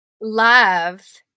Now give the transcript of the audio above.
love